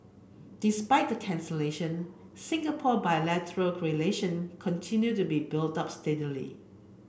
despite the cancellation Singapore bilateral relation continued to be built up steadily